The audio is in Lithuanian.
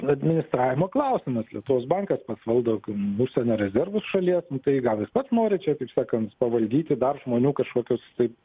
administravimo klausimas lietuvos bankas pats valdo būsena rezervus šalies nu tai gal jis pats nori čia kaip sakant pavaldyti dar žmonių kažkokius taip